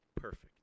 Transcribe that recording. perfect